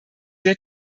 der